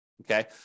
Okay